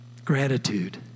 Gratitude